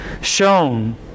shown